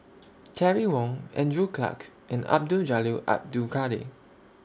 Terry Wong Andrew Clarke and Abdul Jalil Abdul Kadir